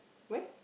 where